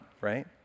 right